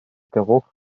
geruch